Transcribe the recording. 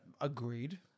agreed